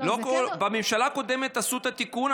בממשלה הקודמת עשו את התיקון,